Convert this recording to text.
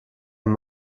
und